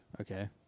okay